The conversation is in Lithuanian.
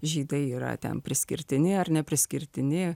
žydai yra ten priskirtini ar nepriskirtini